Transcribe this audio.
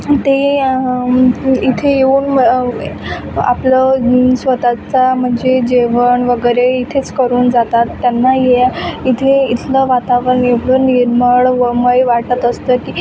ते इथे येऊन आपलं स्वतःचा म्हणजे जेवण वगैरे इथेच करून जातात त्यांना य इथे इथलं वातावरण एवढं निर्मळ व मय वाटत असतं की